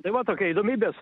tai va tokia įdomybės